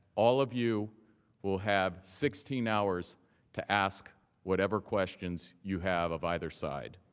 all of you will have sixteen hours to ask whatever questions you have of either side.